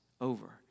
Over